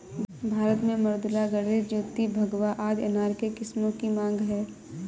भारत में मृदुला, गणेश, ज्योति, भगवा आदि अनार के किस्मों की मांग है